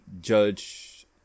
judge